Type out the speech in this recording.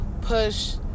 push